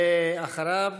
אחריו,